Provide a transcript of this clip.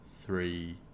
three